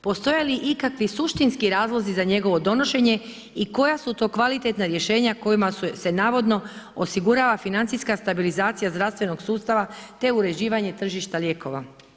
Postoje li ikakvi suštinski razlozi za njegovo donošenje i koja su to kvalitetna rješenja kojima su se navodno osigurala financijska stabilizacija zdravstvenog sustava te uređivanje tržišta lijekova?